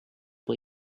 boy